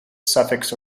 suffix